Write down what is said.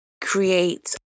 create